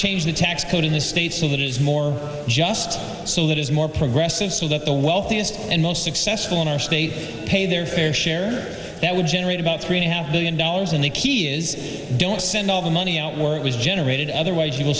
change the tax code in this state so that it is more just so that is more progressive so that the wealthiest and most successful in our state pay their fair share that would generate about three have million dollars in the key is don't send all the money out where it was generated otherwise you